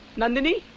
nandini